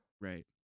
right